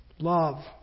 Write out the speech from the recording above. Love